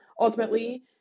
Ultimately